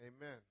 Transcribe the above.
amen